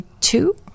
two